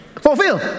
Fulfill